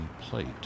plate